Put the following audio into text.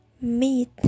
Meat